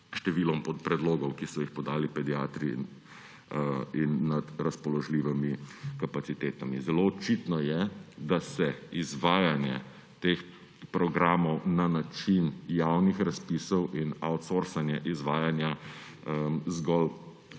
številom predlogov, ki so jih podali pediatri, in nad razpoložljivimi kapacitetami. Zelo očitno je, da se izvajanje teh programov na način javnih razpisov in outsourcing izvajanja zgolj